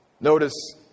Notice